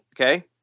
okay